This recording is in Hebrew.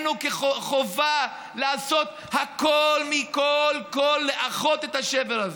וחובה עלינו לעשות הכול מכול כול לאחות את השבר הזה.